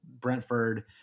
Brentford